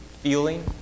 feeling